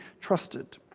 trusted